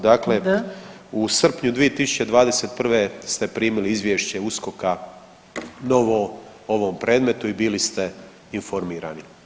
Dakle, [[Upadica: Da.]] u srpnju 2021. ste primili izvješće USKOK-a novo u ovom predmetu i bili ste informirani.